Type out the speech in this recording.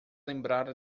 lembrar